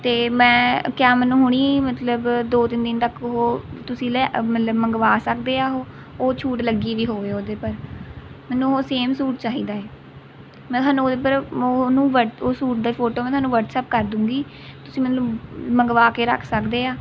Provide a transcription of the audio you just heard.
ਅਤੇ ਮੈਂ ਕਿਆ ਮੈਨੂੰ ਹੁਣ ਹੀ ਮਤਲਬ ਦੋ ਤਿੰਨ ਦਿਨ ਤੱਕ ਉਹ ਤੁਸੀਂ ਲਿਆ ਮਤਲਬ ਮੰਗਵਾ ਸਕਦੇ ਹਾਂ ਉਹ ਉਹ ਛੂਟ ਲੱਗੀ ਵੀ ਹੋਵੇ ਉਹਦੇ ਪਰ ਮੈਨੂੰ ਉਹ ਸੇਮ ਸੂਟ ਚਾਹੀਦਾ ਹੈ ਮੈਂ ਤੁਹਾਨੂੰ ਉਹਦੇ ਪਰ ਉਹਨੂੰ ਵਟ ਉਹ ਸੂਟ ਦੀ ਫੋਟੋ ਤੁਹਾਨੂੰ ਵਟਸਐੱਪ ਕਰ ਦਿਊਂਗੀ ਤੁਸੀਂ ਮੈਨੂੰ ਮੰਗਵਾ ਕੇ ਰੱਖ ਸਕਦੇ ਹਾਂ